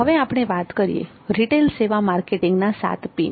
હવે આપણે વાત કરીએ રીટેલ સેવા માર્કેટિંગના 7 P ની